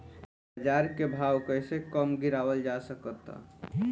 बाज़ार के भाव कैसे कम गीरावल जा सकता?